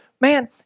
man